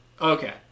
Okay